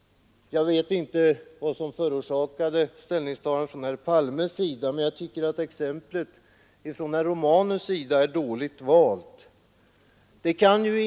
Jag vet inte vad som förorsakade herr Palmes ställningstagande, men jag tycker att exemplet är dåligt valt av herr Romanus.